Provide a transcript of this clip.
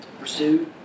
pursue